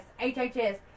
HHS